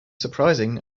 surprising